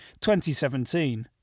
2017